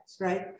right